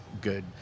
good